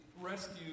rescue